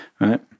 Right